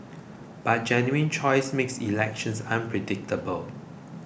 but genuine choice makes elections unpredictable